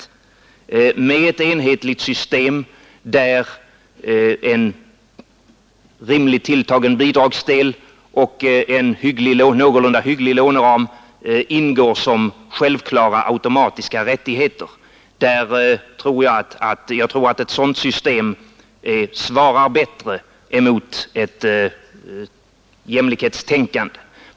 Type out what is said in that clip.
Jag tror att ett enhetligt system, där en rimligt tilltagen bidragsdel och en någorlunda hygglig låneram ingår som självklara automatiska rättigheter, svarar bättre mot ett jämlikhetstänkande.